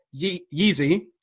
Yeezy